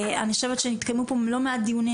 אני חושבת שהתקיימו פה לא מעט דיונים,